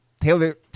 Taylor